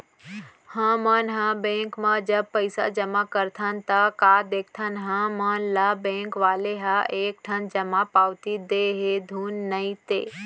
हमन ह बेंक म जब पइसा जमा करथन ता का देखथन हमन ल बेंक वाले ह एक ठन जमा पावती दे हे धुन नइ ते